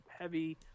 heavy